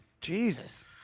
Jesus